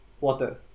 water